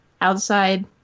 outside